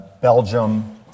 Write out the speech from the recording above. Belgium